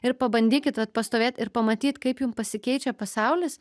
ir pabandykit vat pastovėt ir pamatyt kaip jum pasikeičia pasaulis